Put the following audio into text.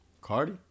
Cardi